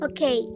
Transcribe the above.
Okay